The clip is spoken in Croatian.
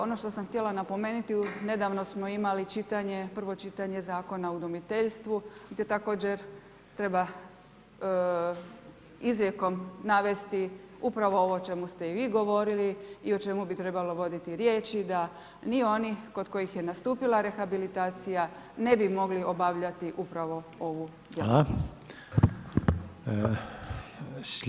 Ono što sam htjela napomenuti, nedavno smo imali prvo čitanje Zakona o udomiteljstvu te također treba izrekom navesti upravo ovo o čemu ste i vi govorili i o čemu bi trebalo voditi riječi da ni oni kod kojih je nastupila rehabilitacija ne bi mogli obavljati upravo ovu djelatnosti.